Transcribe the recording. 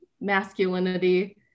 masculinity